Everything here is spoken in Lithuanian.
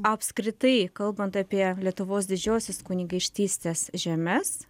apskritai kalbant apie lietuvos didžiosios kunigaikštystės žemes